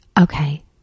Okay